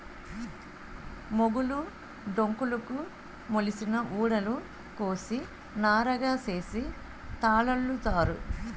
మొగులు డొంకలుకు మొలిసిన ఊడలు కోసి నారగా సేసి తాళల్లుతారు